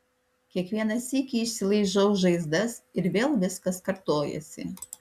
kiekvieną sykį išsilaižau žaizdas ir vėl viskas kartojasi